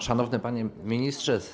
Szanowny Panie Ministrze!